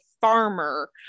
farmer